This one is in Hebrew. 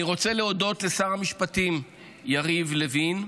אני רוצה להודות לשר המשפטים יריב לוין,